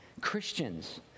Christians